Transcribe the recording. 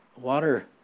water